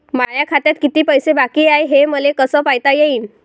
माया खात्यात किती पैसे बाकी हाय, हे मले कस पायता येईन?